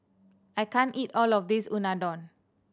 I can't eat all of this Unadon